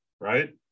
right